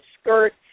skirt